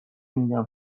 میگم